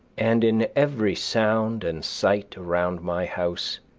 and in every sound and sight around my house,